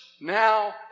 now